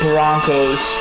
Broncos